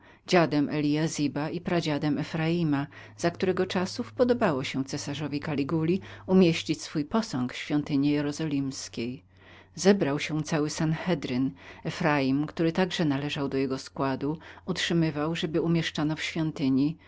dziadem eliazuba i pradziadem efraima za którego czasów podobało się cesarzowi kaliguli umieścić swój posąg w świątyni jerozolimskiej zebrał się cały sahendryn efraim który także należał do jego składu utrzymywał żeby umieszczono w świątyni